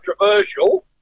controversial